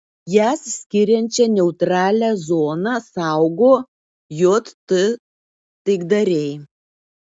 jas skiriančią neutralią zoną saugo jt taikdariai